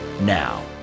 now